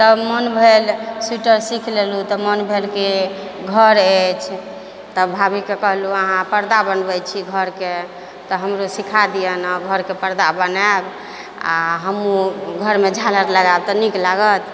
तब मोन भेल स्वीटर सीख लेलहुँ तब मोन भेल कि घर अछि तब भाभीकेँ कहलू अहाँ पर्दा बनबै छी घर के तऽ हमरो सीखा दियऽ ने घरके पर्दा बनायब आ हमहूँ घरमे झालर लगायब तऽ नीक लागत